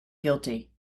guilty